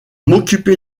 m’occuper